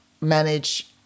manage